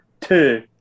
two